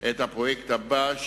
את הפרויקט הבא,